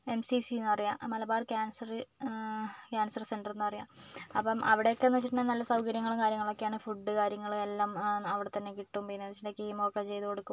M C C എന്ന് പറയുക Malabar cancer cancer centre എന്ന് പറയുക അപ്പോൾ അവിടെയൊക്കെ എന്ന് വെച്ച് കഴിഞ്ഞാല് നല്ല സൗകര്യങ്ങളും കാര്യങ്ങളും ഒക്കെയാണ് ഫുഡ് കാര്യങ്ങൾ എല്ലാം അവിടെ തന്നെ കിട്ടും പിന്നെ വെച്ചിട്ടുണ്ടെങ്കിൽ കീമോ ഒക്കെ ചെയ്തു കൊടുക്കും